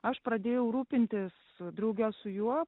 aš pradėjau rūpintis drauge su juo